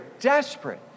desperate